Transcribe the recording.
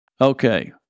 Okay